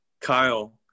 Kyle